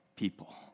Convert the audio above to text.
people